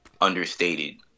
understated